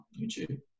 YouTube